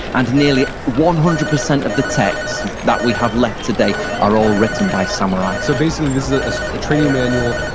and nearly one hundred percent of the text that we have left today are all written by samurai so, basically this is ah ah a training manual.